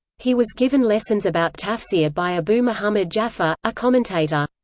he was given lessons about tafsir by abu muhammad ja'far, a commentator.